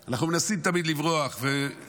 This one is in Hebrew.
אנחנו מנסים תמיד לברוח ושואלים,